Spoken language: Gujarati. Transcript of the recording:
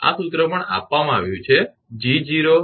આ સૂત્ર પણ આપવામાં આવ્યું છે